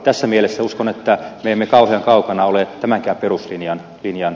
tässä mielessä uskon että me emme kauhean kaukana ole tämänkään peruslinjan pinja